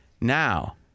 Now